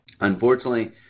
Unfortunately